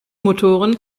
motoren